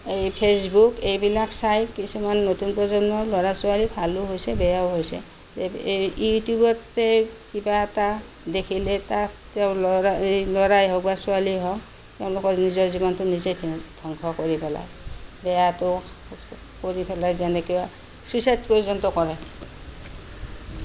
এই ফেচবুক এইবিলাক চাই কিছুমান নতুন প্ৰজন্মৰ ল'ৰা ছোৱালী ভালো হৈছে বেয়াও হৈছে ইউটিউবতে কিবা এটা দেখিলে তাক তেওঁ ল'ৰা এই ল'ৰাই হওঁক বা ছোৱালীয়ে হওঁক তেওঁলোকৰ নিজৰ জীৱনটো নিজে ধ ধ্বংস কৰি পেলায় বেয়াটো কৰি পেলাই যেনেকে চুইচাইড পৰ্যন্ত কৰে